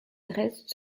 dresde